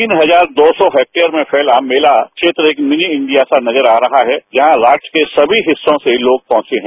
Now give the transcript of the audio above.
तीन हजार दो सौ हैक्टेयर में फैला मेला क्षेत्र एक मिनी इंडिया सा नजर आ रहा है जहां राष्ट्र के सभी हिस्सों से लोग पहुंचे हैं